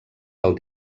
del